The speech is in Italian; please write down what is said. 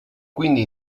quindi